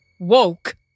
woke